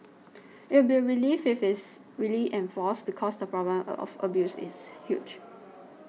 it will be a relief if it is really enforced because the problem of abuse is huge